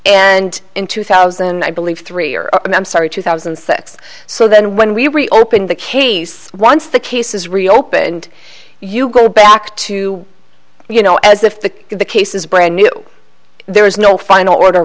and in two thousand i believe three are i'm sorry two thousand and six so then when we reopen the case once the case is reopened you go back to you know as if the case is brand new there is no final order